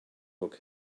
look